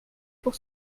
pour